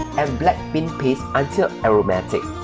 and black bean paste until aromatic